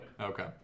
Okay